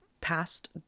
past